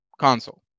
console